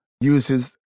uses